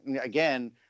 again